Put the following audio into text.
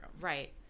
Right